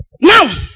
Now